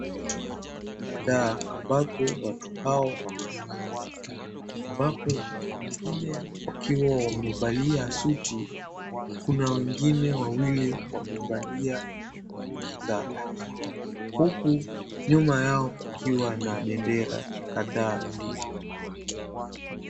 Watu kadhaa ambapo watu hao wamesimama ambapo wengine wakiwa wamevalia suti kuna wengine wawili wamevalia nguo za hakimu huku nyuma yao kukiwa na bendera kadhaa.